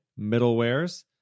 middlewares